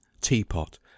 teapot